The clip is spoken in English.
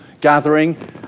gathering